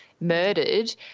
murdered